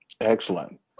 Excellent